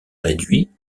réduit